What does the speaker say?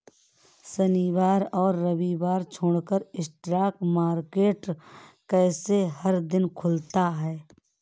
शनिवार और रविवार छोड़ स्टॉक मार्केट ऐसे हर दिन खुलता है